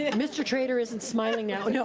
and mr. trader isn't smiling now. and yeah